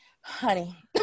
honey